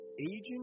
aging